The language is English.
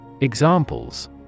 Examples